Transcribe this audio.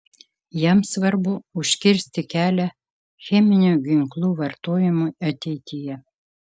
jam svarbu užkirsti kelią cheminių ginklų vartojimui ateityje